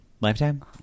Lifetime